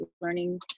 learning